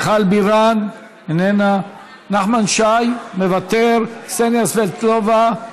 מיכל בירן, איננה, נחמן שי, מוותר, קסניה סבטלובה,